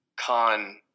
con